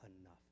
enough